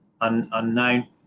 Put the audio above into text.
unknown